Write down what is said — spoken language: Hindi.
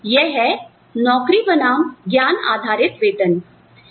तो यह है नौकरी बनाम ज्ञान आधारित वेतन